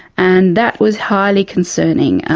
and that was highly concerning.